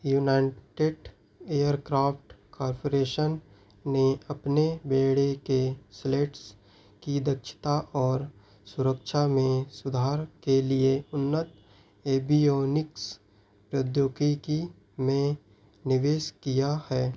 United Aircraft Corporation ने अपने बेड़े के स्लैट्स की दक्षता और सुरक्षा में सुधार के लिए उन्नत एवियोनिक्स प्रौद्योगिकी में निवेश किया है